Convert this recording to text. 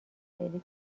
فعلی